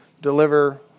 deliver